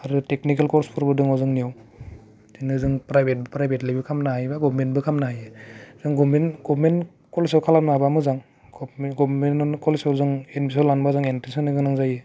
आरो टेकनिकेल कर्सफोरबो दङ जोंनियाव बिदिनो जों प्राइभेट प्राइभेटलिबो खालामनो हायो बा गभमेन्टबो खामनो हायो जों गभार्नमेन्ट कलेजाव खालामनो हाबा मोजां गभार्नमेन्ट कलेजाव जों एडमिसन लानोबा जों इन्ट्रेन्स होनो गोनां जायो